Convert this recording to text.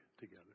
together